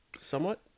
somewhat